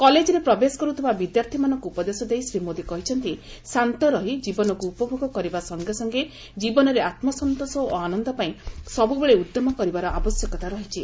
କଲେଜରେ ପ୍ରବେଶ କରୁଥିବା ବିଦ୍ୟାର୍ଥୀମାନଙ୍କୁ ଉପଦେଶ ଦେଇ ଶ୍ରୀ ମୋଦି କହିଛନ୍ତି ଶାନ୍ତରହି କୀବନକୁ ଉପଭୋଗ କରିବା ସଙ୍ଗେସଙ୍ଗେ ଜୀବନରେ ଆତ୍ମସନ୍ତୋଷ ଓ ଆନନ୍ଦ ପାଇଁ ସବୁବେଳେ ଉଦ୍ୟମ କରିବାର ଆବଶ୍ୟକତା ରହିଛି